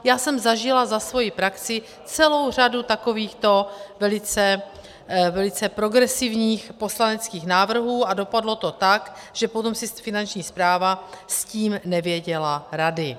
Já jsem zažila za svoji praxi celou řadu takovýchto velice progresivních poslaneckých návrhů a dopadlo to tak, že potom si Finanční správa s tím nevěděla rady.